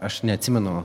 aš neatsimenu